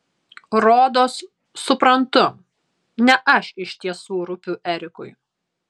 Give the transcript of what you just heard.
rodos suprantu ne aš iš tiesų rūpiu erikui